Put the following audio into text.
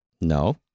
No